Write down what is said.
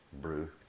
brew